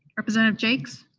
representative jaques?